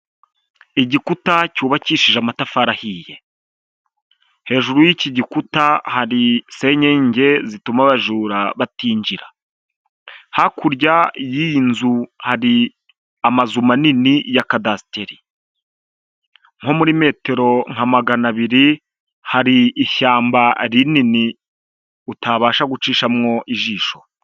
Igikuta cyubakishije amatafari ahiye, hejuru y'iki gikuta hari senyenge zituma abajura batinjira, hakurya y'iyi nzu hari amazu manini ya kadasiteri, nko muri metero nka magana abiri hari ishyamba rinini utabasha gucishamo ijisho.